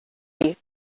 dir